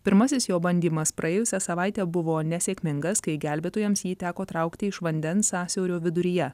pirmasis jo bandymas praėjusią savaitę buvo nesėkmingas kai gelbėtojams jį teko traukti iš vandens sąsiaurio viduryje